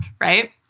right